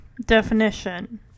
Definition